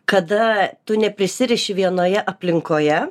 kada tu neprisiriši vienoje aplinkoje